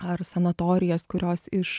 ar sanatorijas kurios iš